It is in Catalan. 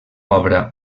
obra